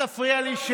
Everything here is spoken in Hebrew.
אל תפריע לי.